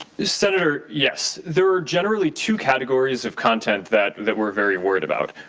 senator, yes. there are generally two categories of content that that we're very worried about.